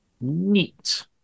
Neat